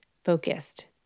Focused